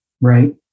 right